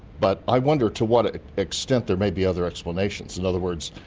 but i wonder to what ah extent there may be other explanations. in other words,